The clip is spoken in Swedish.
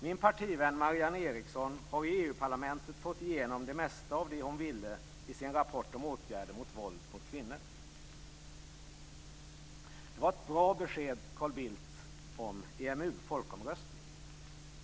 Min partivän Marianne Eriksson har i EU-parlamentet fått igenom det mesta av det som hon ville åstadkomma i sin rapport om våld mot kvinnor. Det var ett bra besked, Carl Bildt, om EMU och folkomröstning.